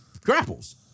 grapples